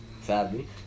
Sadly